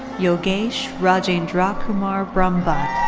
yogesh rajendrakumar brahmbhatt.